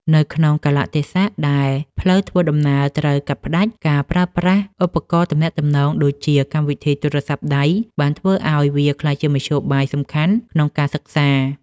នៅក្នុងកាលៈទេសៈដែលផ្លូវធ្វើដំណើរត្រូវកាត់ផ្តាច់ ការប្រើប្រាស់ឧបករណ៍ទំនាក់ទំនងដូចជាកម្មវិធីទូរស័ព្ទដៃ បានធ្វើឲ្យវាក្លាយជាមធ្យោបាយសំខាន់ក្នុងការសិក្សា។